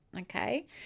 okay